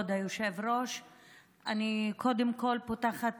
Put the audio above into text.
כבוד היושב-ראש, אני קודם כול פותחת